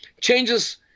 changes